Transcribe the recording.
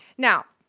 now,